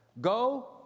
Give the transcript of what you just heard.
Go